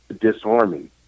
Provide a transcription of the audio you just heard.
disarming